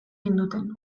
ninduten